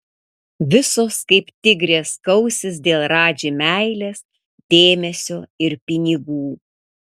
visos kaip tigrės kausis dėl radži meilės dėmesio ir pinigų